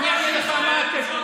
אני אענה לך מה הקשר,